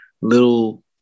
little